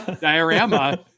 diorama